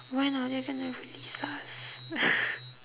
when are they gonna release us